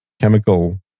Chemical